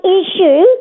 issue